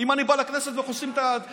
אם אני בא לכנסת וחוסמים את הכניסה,